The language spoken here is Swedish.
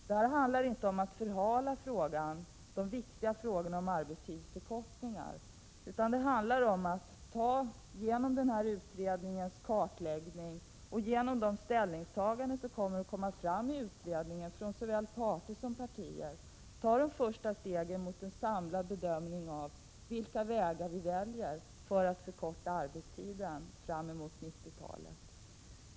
Det handlar inte om att förhala de viktiga frågorna om arbetstidsförkortningar, utan det handlar om att genom utredningens kartläggning, och genom de ställningstaganden som kommer att redovisas i utredningen från såväl parter som partier, kunna ta de första stegen mot en samlad bedömning av vilka vägar vi skall välja för att förkorta arbetstiden fram mot 1990-talet.